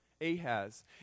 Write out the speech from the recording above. Ahaz